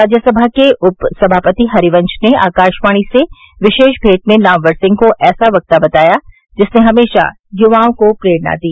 राज्यसभा के उप सभापति हरिवंश ने आकाशवाणी से विशेष भेंट में नामवर सिंह को ऐसा वक्ता बताया जिसने हमेशा युवाओं को प्ररेणा दी